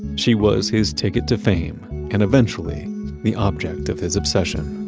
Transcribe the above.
she was his ticket to fame and eventually the object of his obsession